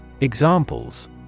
Examples